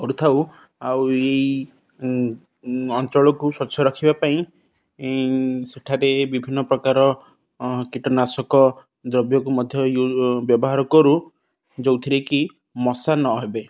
କରୁଥାଉ ଆଉ ଏଇ ଅଞ୍ଚଳକୁ ସ୍ୱଚ୍ଛ ରଖିବା ପାଇଁ ସେଠାରେ ବିଭିନ୍ନ ପ୍ରକାର କୀଟନାଶକ ଦ୍ରବ୍ୟକୁ ମଧ୍ୟ ବ୍ୟବହାର କରୁ ଯେଉଁଥିରେ କିି ମଶା ନହେବେ